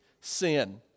sin